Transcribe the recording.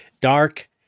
dark